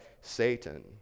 Satan